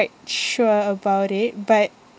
sure about it but